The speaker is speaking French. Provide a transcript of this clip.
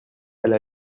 elle